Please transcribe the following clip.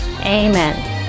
Amen